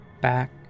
back